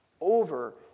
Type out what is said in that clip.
over